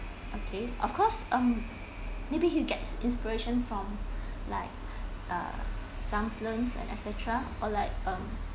okay of course um maybe he gets inspiration from like uh some films etcetera or like um